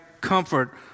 comfort